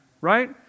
Right